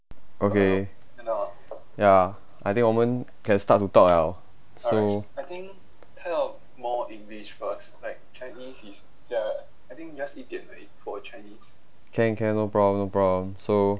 okay ya I think 我们 can start to talk liao so can can no problem no problem so